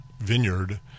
vineyard